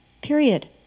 period